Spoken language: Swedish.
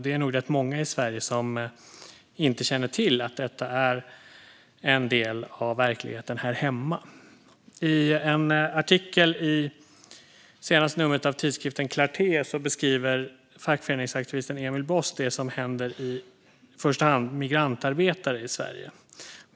Det är nog rätt många i Sverige som inte känner till att detta är en del av verkligheten här hemma. I en artikel i det senaste numret av tidskriften Clarté beskriver fackföreningsaktivisten Emil Boss det som händer i första hand migrantarbetare i Sverige.